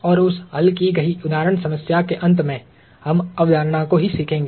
और उस हल की गई उदाहरण समस्या के अंत में हम अवधारणा को ही सीखेंगे